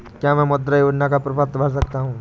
क्या मैं मुद्रा योजना का प्रपत्र भर सकता हूँ?